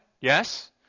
Yes